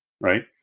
right